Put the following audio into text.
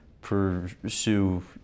pursue